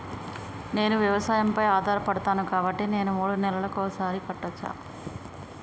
నేను వ్యవసాయం పై ఆధారపడతాను కాబట్టి నేను మూడు నెలలకు ఒక్కసారి కట్టచ్చా?